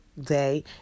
day